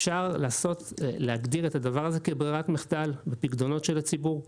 אפשר להגדיר את זה כבררת מחדל בפיקדונות של הציבור.